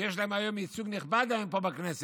שיש להם היום ייצוג נכבד פה בכנסת.